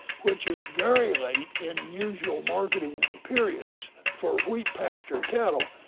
which is very late in usual marketing periods for wheat pasture cattle,